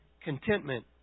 contentment